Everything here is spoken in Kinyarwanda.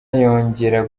yongera